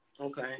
Okay